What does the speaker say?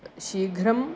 शीघ्रम्